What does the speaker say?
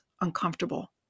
uncomfortable